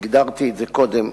הגדרתי את זה קודם,